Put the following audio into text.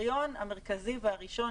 והקריטריון המרכזי והראשון,